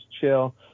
chill